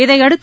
இதையடுத்து